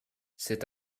cet